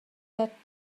that